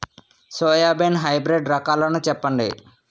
Soybean hybrid రకాలను చెప్పండి?